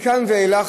מכאן ואילך,